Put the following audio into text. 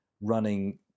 running